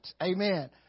Amen